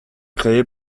créée